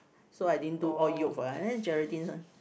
so I didn't do all yolk for them Geraldine's one